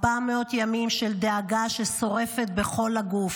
400 ימים של דאגה ששורפת בכל הגוף.